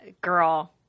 Girl